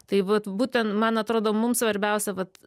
tai vat būtent man atrodo mum svarbiausia vat